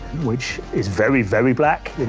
which, is very, very black.